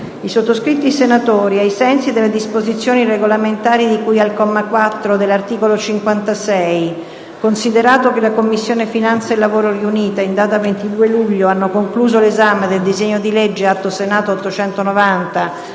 «I sottoscritti senatori, ai sensi delle disposizioni regolamentari di cui al comma 4 dell'articolo 56, considerato che le Commissioni finanze e lavoro riunite in data 22 luglio hanno concluso l'esame del disegno di legge atto Senato n. 890,